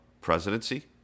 presidency